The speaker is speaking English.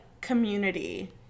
community